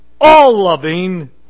all-loving